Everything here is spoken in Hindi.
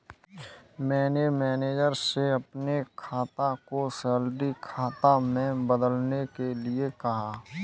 मैंने मैनेजर से अपने खाता को सैलरी खाता में बदलने के लिए कहा